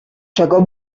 czego